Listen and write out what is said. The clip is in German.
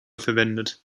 verwendet